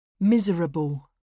miserable